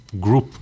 group